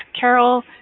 Carol